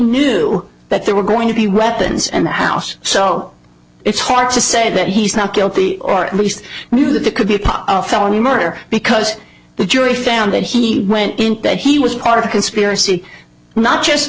knew that there were going to be weapons and the house so it's hard to say that he's not guilty or at least knew that it could be part of felony murder because the jury found that he went in that he was part of a conspiracy not just